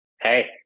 hey